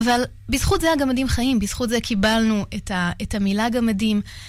אבל בזכות זה הגמדים חיים, בזכות זה קיבלנו את המילה גמדים.